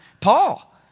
Paul